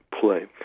play